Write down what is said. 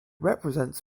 represents